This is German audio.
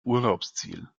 urlaubsziel